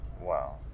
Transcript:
Wow